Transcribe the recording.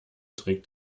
trägt